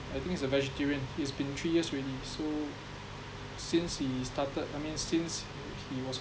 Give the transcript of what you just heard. I think he's a vegetarian it's been three years already so since he started I mean since he was